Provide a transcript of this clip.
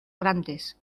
grandes